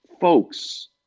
folks